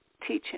teaching